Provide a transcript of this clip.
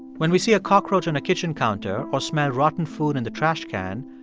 when we see a cockroach on a kitchen counter or smell rotten food in the trash can,